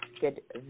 get